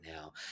now